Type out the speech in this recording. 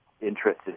interested